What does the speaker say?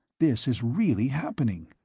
this is really happening.